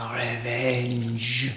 revenge